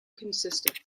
consistent